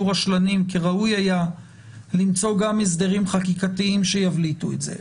רשלנים כי ראוי היה למצוא גם הסדרים חקיקתיים שיבליטו את זה.